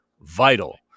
vital